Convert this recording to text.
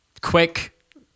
quick